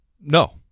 no